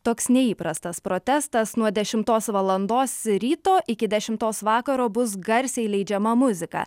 toks neįprastas protestas nuo dešimtos valandos ryto iki dešimtos vakaro bus garsiai leidžiama muzika